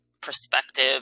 perspective